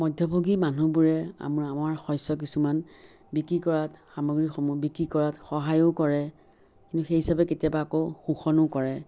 মধ্যভোগী মানুহবোৰে আম্ৰা আমাৰ শস্য কিছুমান বিক্ৰী কৰাত সামগ্ৰীসমূহ বিক্ৰী কৰাত সহায়ো কৰে কিন্তু সেই হিচাপে কেতিয়াবা আকৌ শোষণো কৰে